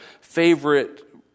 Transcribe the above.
favorite